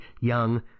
young